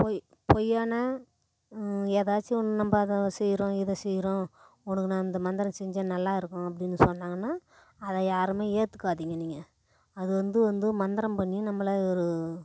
பொய் பொய்யான ஏதாச்சும் ஒன்று நம்ம அதை செய்கிறோம் இதை செய்கிறோம் உனக்கு நான் இந்த மந்திரம் செஞ்சால் நல்லா இருக்கும் அப்படின்னு சொன்னாங்கன்னால் அதை யாருமே ஏற்றுக்காதிங்க நீங்கள் அது வந்து வந்து மந்திரம் பண்ணி நம்மளை ஒரு